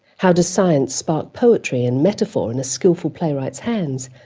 how does science spark poetry and metaphor in a skilful playwright's hands?